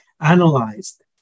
analyzed